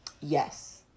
Yes